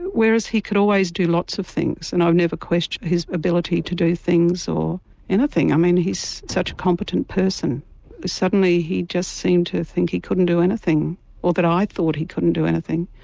whereas he could always do lots of things and i've never questioned his ability to do things or anything. i mean he's such a competent person and suddenly he just seemed to think he couldn't do anything or that i thought he couldn't do anything.